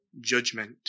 judgment